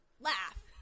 laugh